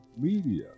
media